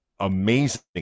amazing